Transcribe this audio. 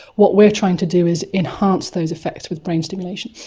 what we're trying to do is enhance those effects with brain stimulation.